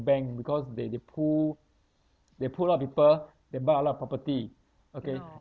bank because they they pool they pool a lot of people they buy a lot of property okay